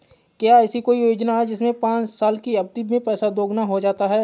क्या ऐसी कोई योजना है जिसमें पाँच साल की अवधि में पैसा दोगुना हो जाता है?